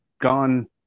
gone